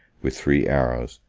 with three arrows,